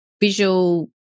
visual